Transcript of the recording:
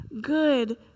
good